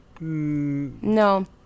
No